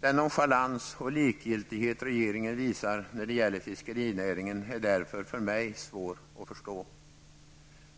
Den nonchalans och likgiltighet som regeringen visar när det gäller fiskerinäringen är därför för mig svår att förstå.